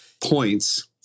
points